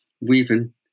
weaving